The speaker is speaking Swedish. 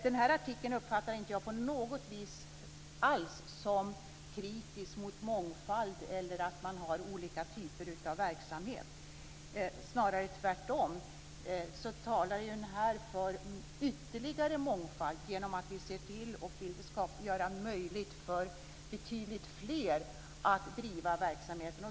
Den här artikeln uppfattar inte jag på något vis som kritisk mot mångfald eller mot att ha olika typer av verksamhet. Tvärtom talas det i artikeln för ytterligare mångfald genom att vi ser till att göra det möjligt för betydligt fler att driva verksamheter.